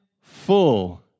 full